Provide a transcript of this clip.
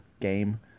game